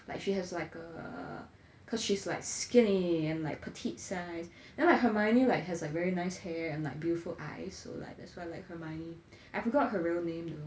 like she has like a cause she's like skinny and like petite size then like hermione like has a very nice hair and like beautiful eyes so like that's why I like hermione I forgot her real name though